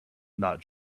not